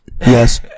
Yes